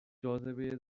جاذبه